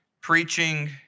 Preaching